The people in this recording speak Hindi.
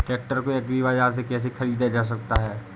ट्रैक्टर को एग्री बाजार से कैसे ख़रीदा जा सकता हैं?